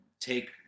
take